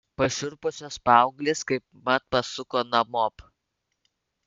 pašiurpusios paauglės kaipmat pasuko namop